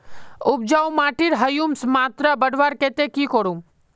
उपजाऊ माटिर ह्यूमस मात्रा बढ़वार केते की करूम?